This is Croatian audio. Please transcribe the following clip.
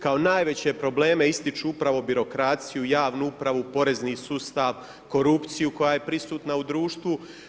Kao najveće probleme ističu upravo birokraciju, javnu upravu, porezni sustav, korupciju koja je prisutna u društvu.